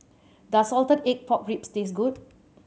does salted egg pork ribs taste good